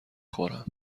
خورم